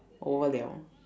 over liao